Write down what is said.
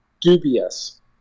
dubious